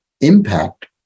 impact